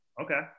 Okay